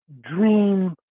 dream